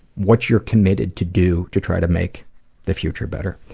what you're committed to do to try to make the future better.